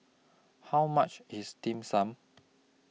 How much IS Dim Sum